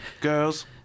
girls